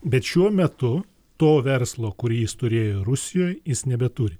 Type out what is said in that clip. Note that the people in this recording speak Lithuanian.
bet šiuo metu to verslo kurį jis turėjo rusijoj jis nebeturi